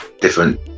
different